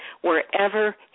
wherever